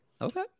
Okay